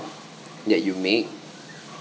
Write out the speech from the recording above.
that you made